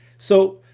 so,